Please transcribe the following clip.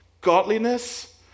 godliness